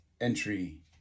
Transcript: entry